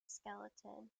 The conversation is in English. skeleton